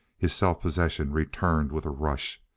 his self-possession returned with a rush.